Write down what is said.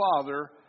Father